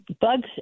Bugs